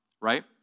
right